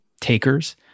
takers